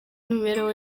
n’imibereho